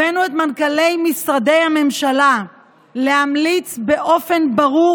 הבאנו את מנכ"לי משרדי הממשלה להמליץ באופן ברור